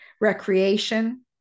recreation